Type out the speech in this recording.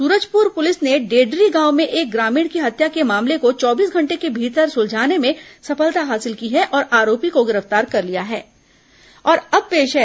Surajpur police ने डेडरी गांव में एक ग्रामीण की हत्या के मामले को चौबीस घंटे के भीतर सूलझाने में सफलता हासिल की है और आरोपी को गिरफ्तार कर लिया है